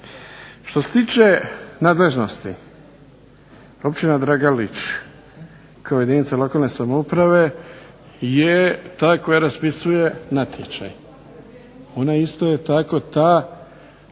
Što se tiče nadležnosti, Općina Dragalić kao jedinica lokalne samouprave je ta koja raspisuje natječaj. Ona isto je tako ta